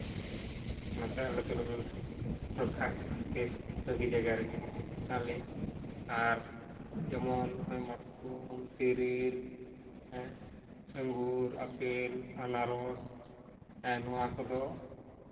ᱚᱱᱟᱛᱮ ᱟᱞᱮ ᱫᱚᱞᱮ ᱢᱮᱱᱫᱟ ᱵᱷᱟᱹᱜᱤᱥ ᱵᱷᱟᱹᱜᱤ ᱡᱟᱭᱜᱟ ᱨᱮᱜᱮ ᱢᱮᱱᱟᱜ ᱞᱮᱭᱟ ᱟᱨ ᱡᱮᱢᱚᱱ ᱢᱟᱛᱠᱚᱢ ᱛᱤᱨᱤᱞ ᱟᱹᱜᱩᱨ ᱟᱯᱮᱞ ᱟᱱᱟᱨᱚᱥ ᱮ ᱱᱚᱣᱟ ᱠᱚᱫᱚ